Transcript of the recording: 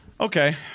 Okay